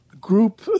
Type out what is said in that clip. group